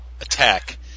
attack